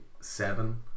seven